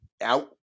out